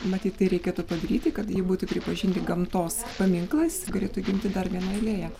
matyt tai reikėtų padaryti kad jie būtų pripažinti gamtos paminklais galėtų gimti dar viena alėja